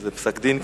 זה פסק-דין,